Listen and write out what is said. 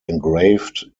engraved